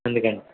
అందుకని